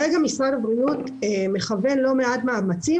משרד הבריאות מכוון עכשיו לא מעט מאמצים,